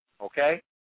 okay